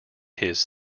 his